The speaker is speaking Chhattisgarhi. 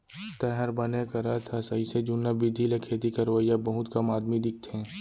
तैंहर बने करत हस अइसे जुन्ना बिधि ले खेती करवइया बहुत कम आदमी दिखथें